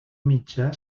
mitjà